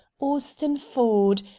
austin ford,